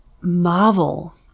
marvel